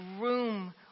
room